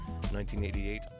1988